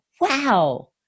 Wow